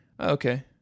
Okay